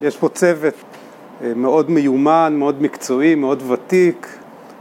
יש פה צוות מאוד מיומן, מאוד מקצועי, מאוד ותיק